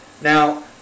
Now